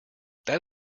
that